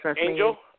Angel